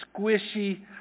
squishy